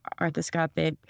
arthroscopic